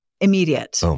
immediate